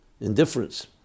indifference